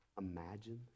imagine